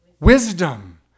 wisdom